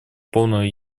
полного